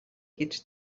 гэж